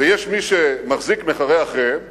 ויש מי שמחזיק-מחרה אחריהם ואומר,